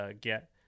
get